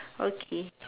okay